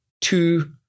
two